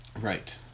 Right